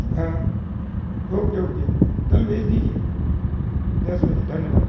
हाँ okay okay कल भेज दीजिए दस बजे धन्यवाद